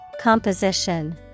Composition